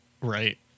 Right